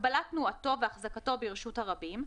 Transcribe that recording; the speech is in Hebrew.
הגבלת תנועתו והחזקתו ברשות הרבים,